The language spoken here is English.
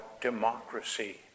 democracy